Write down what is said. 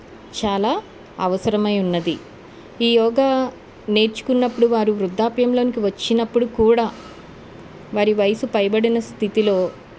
చాలా అవసరమైనది ఈ యోగా నేర్చుకున్నప్పుడు వారు వృద్ధాప్యంలోకి వచ్చినప్పుడు కూడా వారి వయసు పైబడిన స్థితిలో